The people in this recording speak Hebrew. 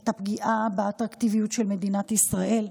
את הפגיעה באטרקטיביות של מדינת ישראל.